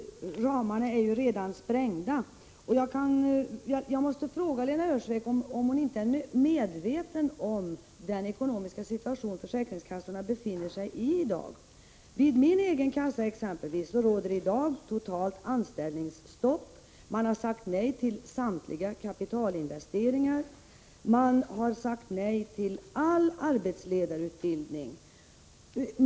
Ramarna är ju redan sprängda. Jag måste fråga Lena Öhrsvik om hon inte är medveten om den ekonomiska situation försäkringskassorna befinner sig i. Vid min egen kassa 159 exempelvis råder i dag totalt anställningsstopp. Man har sagt nej till samtliga kapitalinvesteringar. Man har sagt nej till all arbetsledarutbildning.